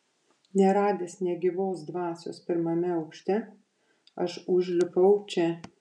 neradęs nė gyvos dvasios pirmame aukšte aš užlipau čia